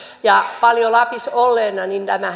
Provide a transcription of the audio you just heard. paljon lapissa olleena